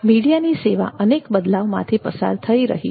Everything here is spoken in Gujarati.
મીડિયાની સેવા અનેક બદલાવમાંથી પસાર થઈ રહી છે